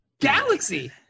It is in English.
galaxy